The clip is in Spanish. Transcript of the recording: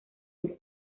duro